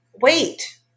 wait